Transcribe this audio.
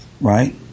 right